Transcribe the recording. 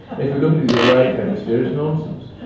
if you look at it with your right hemisphere, it's nonsense.